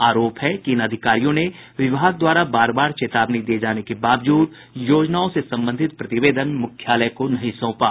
आरोप है कि इस अधिकारियों ने विभाग द्वारा बार बार चेतावनी दिये जाने के बावजूद योजनाओं से संबंधित प्रतिवेदन मुख्यालय को नहीं सौंपा